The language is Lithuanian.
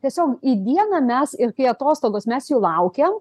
tiesiog į dieną mes ir kai atostogos mes jų laukiam